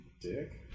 dick